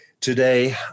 Today